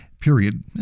period